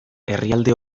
herrialde